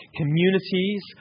communities